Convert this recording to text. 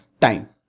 time